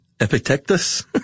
Epictetus